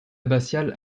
abbatiale